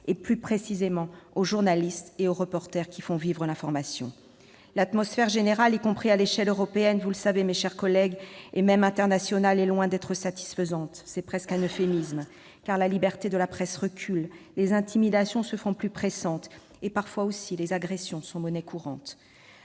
et plus spécialement aux journalistes et aux reporters qui font vivre l'information. L'atmosphère générale, y compris à l'échelle européenne et internationale, est loin d'être satisfaisante ; c'est presque un euphémisme ! La liberté de la presse recule, les intimidations se font plus pressantes et les agressions sont monnaie courante.